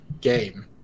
game